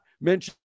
mention